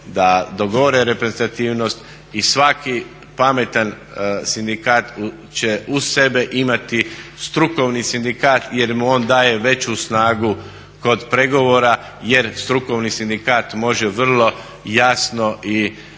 da dogovore reprezentativnost i svaki pametan sindikat će uz sebe imati strukovni sindikat jer mu on daje veću snagu kod pregovora jer strukovni sindikat može vrlo jasno i